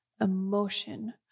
emotion